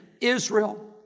Israel